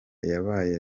yabaye